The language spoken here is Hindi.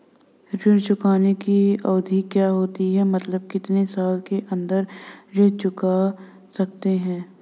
ऋण चुकाने की अवधि क्या होती है मतलब कितने साल के अंदर ऋण चुका सकते हैं?